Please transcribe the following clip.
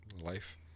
life